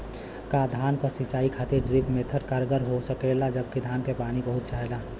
का धान क सिंचाई खातिर ड्रिप मेथड कारगर हो सकेला जबकि धान के पानी बहुत चाहेला?